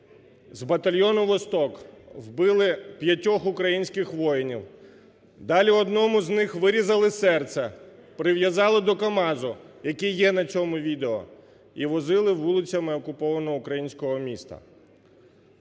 з батальйону "Восток" вбили п'ятьох українських воїнів. Далі одному з них вирізали серце, прив'язали до КАМАЗу, який є на цьому відео, і возили вулицями окупованого українського міста.